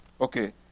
Okay